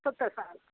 सत्तर साल